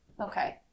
Okay